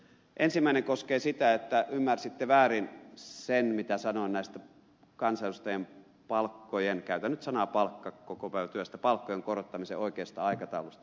ensimmäinen koskee sitä että ymmärsitte väärin sen mitä sanoin näistä kansanedustajien palkkojen käytän nyt sanaa palkka kokopäivätyöstä korottamisen oikeasta aikataulusta